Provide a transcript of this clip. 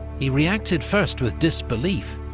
he reacted first with disbelief,